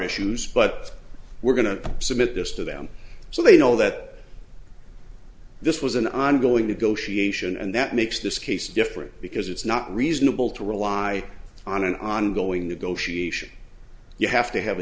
issues but we're going to submit this to them so they know that this was an ongoing negotiation and that makes this case different because it's not reasonable to rely on an ongoing negotiation you have to have a